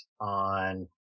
on